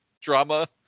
drama